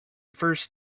first